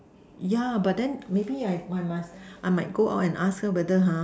yeah but then maybe I must might go out and ask her whether ha